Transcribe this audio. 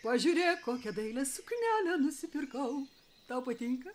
pažiūrėk kokią dailią suknelę nusipirkau tau patinka